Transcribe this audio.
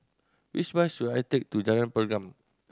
which bus should I take to Jalan Pergam